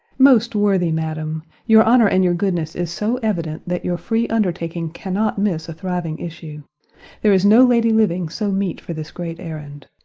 most worthy madam, your honour and your goodness is so evident, that your free undertaking cannot miss a thriving issue there is no lady living so meet for this great errand.